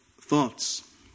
thoughts